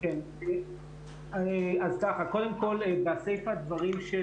קודם כול, בסיפה הדברים של